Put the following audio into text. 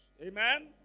Amen